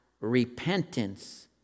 repentance